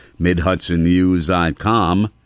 MidHudsonNews.com